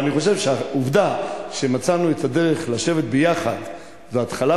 אבל אני חושב שהעובדה שמצאנו את הדרך לשבת ביחד זו התחלה